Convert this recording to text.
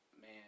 man